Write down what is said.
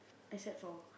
except for